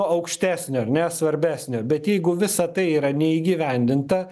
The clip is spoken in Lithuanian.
aukštesnio ar ne svarbesnio bet jeigu visa tai yra neįgyvendinta